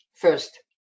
First